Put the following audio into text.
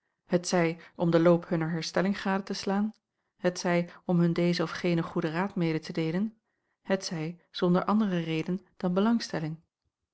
t zij om den loop hunner herstelling gade te slaan t zij om hun dezen of genen goeden raad mede te deelen t zij zonder andere reden dan belangstelling